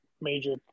major